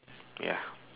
ya